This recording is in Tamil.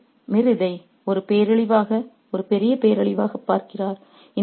எனவே மிர் இதை ஒரு பேரழிவாக ஒரு பெரிய பேரழிவாக பார்க்கிறார்